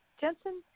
Jensen –